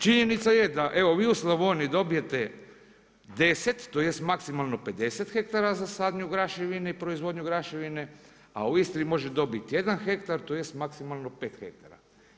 Činjenica je da evo vi u Slavoniji dobijete 10 tj. maksimalno 50 hektara za sadnju graševine i proizvodnju graševine, a u Istri može dobiti 1 hektar tj. maksimalno 5 hektara.